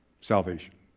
salvation